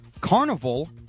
Carnival